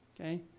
okay